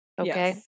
okay